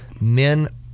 Men